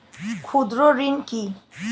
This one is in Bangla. ক্ষুদ্র ঋণ কি?